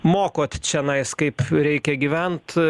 mokot čionais kaip reikia gyvent